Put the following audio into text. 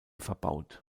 verbaut